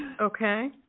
okay